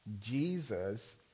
Jesus